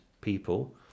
people